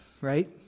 right